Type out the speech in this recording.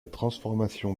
transformation